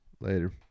Later